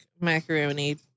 macaroni